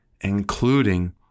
including